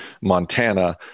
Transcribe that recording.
Montana